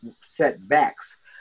setbacks